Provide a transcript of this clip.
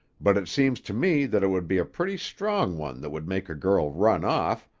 but it seems to me that it would be a pretty strong one that would make a girl run off,